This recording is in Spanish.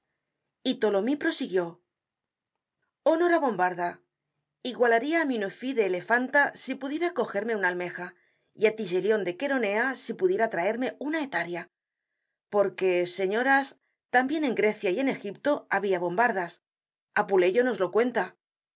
y tholomyes prosiguió honor á bombarda igualaria á munofis de elefanta si pudiera cogerme una almeja y á tigelion de queronea si pudiera traerme una hetaria porque señoras tambien en grecia y en egipto habia bombardas apuleyo nos lo cuenta ay